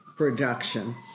production